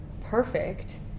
perfect